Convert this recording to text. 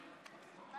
פנייה